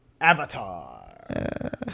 Avatar